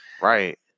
Right